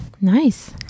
nice